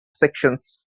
sections